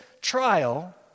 trial